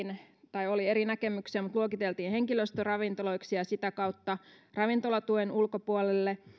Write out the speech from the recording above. tai oli eri näkemyksiä mutta luokiteltiin henkilöstöravintoloiksi ja sitä kautta ravintolatuen ulkopuolelle